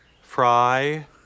Fry